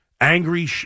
Angry